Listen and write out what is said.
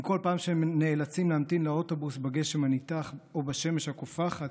עם כל פעם שהם נאלצים להמתין לאוטובוס בגשם הניתך או בשמש הקופחת,